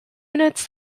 units